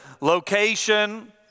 location